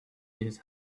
his